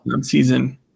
season